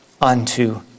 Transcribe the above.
unto